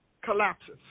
collapses